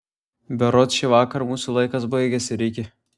berods šįvakar mūsų laikas baigiasi riki